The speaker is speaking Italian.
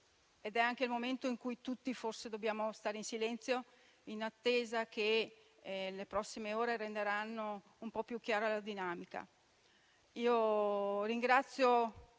è anche il momento in cui tutti dobbiamo stare in silenzio, in attesa che le prossime ore rendano più chiara la dinamica.